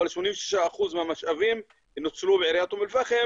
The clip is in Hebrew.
אבל 86% מהמשאבים נוצלו בעיריית אום אל פחם